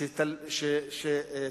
אימון ופיתוח יכולות התמודדות,